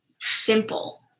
simple